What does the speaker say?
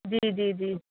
جی جی جی